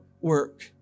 work